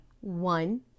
one